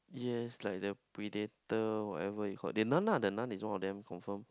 yes like the Predator whatever you call it the nun the nun ah the nun is one of them confirm